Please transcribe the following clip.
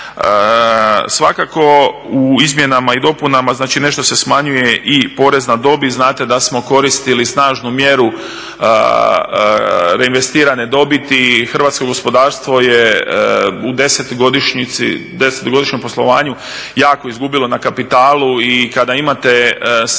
Svakako u izmjenama i dopunama znači nešto se smanjuje i porez na dobit. Znate da smo koristili snažnu mjeru reinvestirane dobiti. Hrvatsko gospodarstvo je u 10-godišnjem poslovanju jako izgubilo na kapitalu i kada imate snažnu